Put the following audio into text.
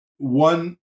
One